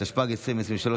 התשפ"ג 2023,